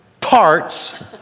parts